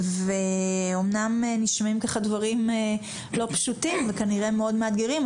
אמנם נשמעים ככה הדברים לא פשוטים וכנראה מאוד מאתגרים,